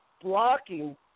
blocking